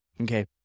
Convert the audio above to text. Okay